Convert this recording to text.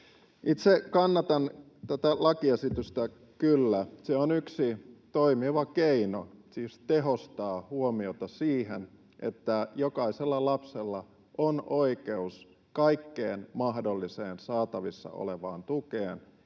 Itse kannatan tätä lakiesitystä kyllä. Se on yksi toimiva keino tehostaa huomiota siihen, että jokaisella lapsella on oikeus kaikkeen mahdolliseen saatavissa olevaan tukeen,